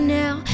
now